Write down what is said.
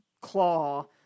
claw